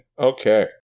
Okay